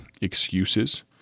excuses